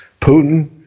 putin